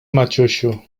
maciusiu